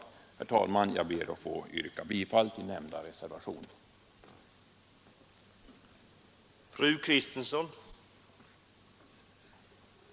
Herr talman! Jag ber att få yrka bifall till reservationen 1.